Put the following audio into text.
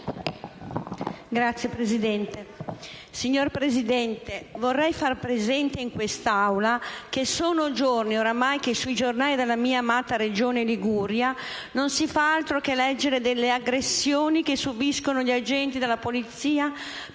Signora Presidente, vorrei far presente in quest'Aula che sono giorni oramai che sui giornali della mia amata Regione Liguria non si fa altro che leggere delle aggressioni che subiscono gli agenti della Polizia